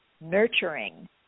nurturing